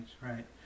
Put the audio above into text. right